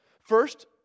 First